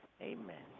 Amen